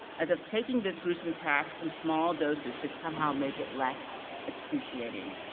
as if taking this gruesome task in small doses, could somehow make it less excruciating.